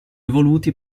evoluti